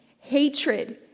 Hatred